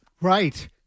Right